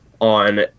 on